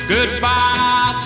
Goodbye